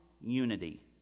unity